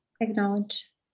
acknowledge